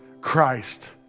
Christ